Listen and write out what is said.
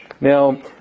Now